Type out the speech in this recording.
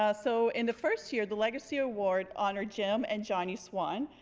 ah so in the first year the legacy award honored jim and jonnie swann.